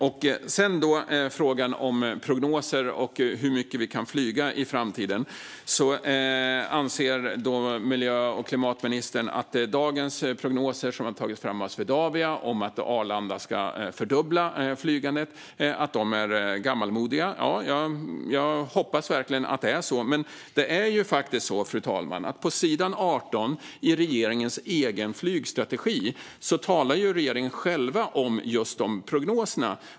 När det sedan gäller frågan om prognoser och hur mycket vi kan flyga i framtiden anser miljö och klimatministern att dagens prognoser som har tagits fram av Swedavia om att flygandet vid Arlanda ska fördubblas är gammalmodiga. Jag hoppas verkligen att det är så. Men, fru talman, på s. 18 i regeringens egen flygstrategi talar regeringen själv om just de prognoserna.